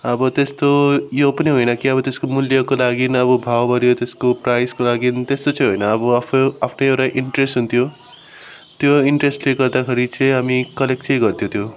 अब त्यस्तो यो पनि होइन कि अब त्यसको मूल्यको लागिन अब भाउ बढ्यो त्यसको प्राइसको लागि त्यस्तो चाहिँ होइन अब आफ्नो आफ्नै एउटा इन्ट्रेस हुन्थ्यो त्यो इन्ट्रेसले गर्दाखेरि चाहिँ हामी कलेक्ट चाहिँ गर्थ्यो त्यो